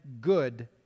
good